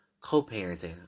co-parenting